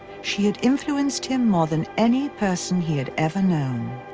she had influenced him more than any person he had ever known.